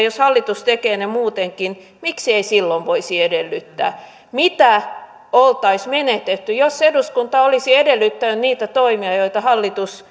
jos hallitus tekee ne muutenkin niin miksei silloin voisi edellyttää mitä oltaisiin menetetty jos eduskunta olisi edellyttänyt niitä toimia joita hallitus